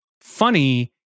Funny